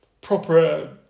proper